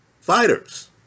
fighters